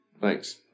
Thanks